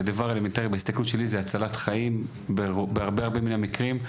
זה דבר אלמנטרי ובהסתכלות שלי זה הצלת חיים בהרבה הרבה מהמקרים.